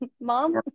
Mom